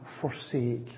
forsake